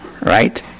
right